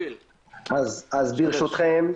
ברשותם,